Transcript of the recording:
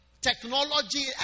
Technology